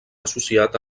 associat